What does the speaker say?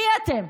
מי אתם?